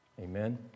Amen